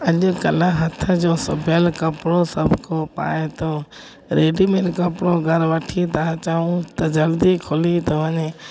अॼुकल्ह हथ जो सिबियलु कपिड़ो सभु को पाए थो रेडीमेट कपिड़ो अगरि वठी था अचूं त जल्दी खुली थो वञे